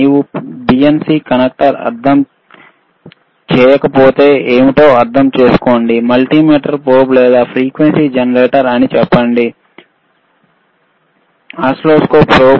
నీవు BNC connector అంటే అర్ధం చేసుకోలేకపొతే మల్టీమీటర్ ప్రోబ్ లేదా frequency generator probe oscilloscope probe అని అర్థం చేసుకోండి